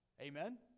Amen